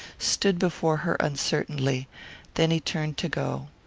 stood before her uncertainly then he turned to go.